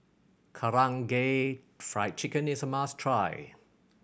Karaage Fried Chicken is a must try